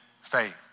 faith